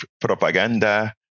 propaganda